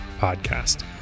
podcast